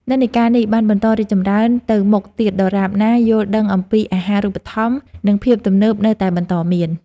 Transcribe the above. និន្នាការនេះនឹងបន្តរីកចម្រើនទៅមុខទៀតដរាបណាការយល់ដឹងអំពីអាហារូបត្ថម្ភនិងភាពទំនើបនៅតែបន្តមាន។